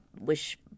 wish